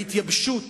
ההתייבשות